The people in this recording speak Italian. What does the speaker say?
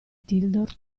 tildor